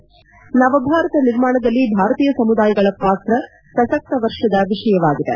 ನವಭಾರತ ನಿರ್ಮಾಣದಲ್ಲಿ ಭಾರತೀಯ ಸಮುದಾಯಗಳ ಪಾತ್ರ ಪ್ರಸತ್ತ ವರ್ಷದ ವಿಷಯವಾಗಿದೆ